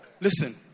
listen